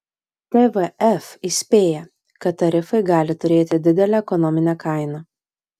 tvf įspėja kad tarifai gali turėti didelę ekonominę kainą